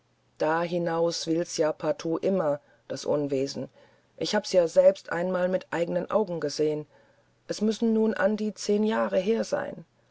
da hinaus will's ja partout immer das unwesen ich hab's ja selbst einmal mit eigenen augen gesehen es müssen nun an die zehn jahre her sein